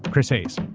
chris hayes.